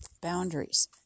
boundaries